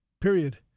period